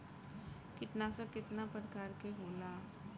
कीटनाशक केतना प्रकार के होला?